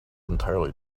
entirely